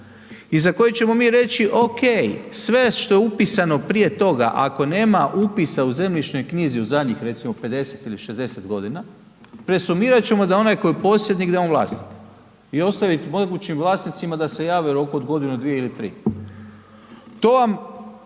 i za koju ćemo mi reći ok, sve što je upisano prije toga, ako nema upisa u zemljišnoj knjizi u zadnjih recimo 50 ili 60 g, presumirat ćemo da onaj koji je posjednik da je on vlasnik i ostavit mogućim vlasnicima da se jave u roku od godinu, dvije ili tri. To vam